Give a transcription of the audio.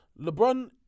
LeBron